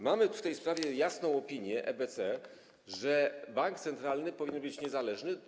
Mamy w tej sprawie jasną opinię EBC: bank centralny powinien być niezależny.